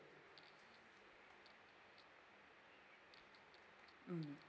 mm